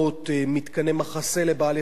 מתקני מחסה לבעלי-חיים.